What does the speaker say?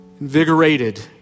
invigorated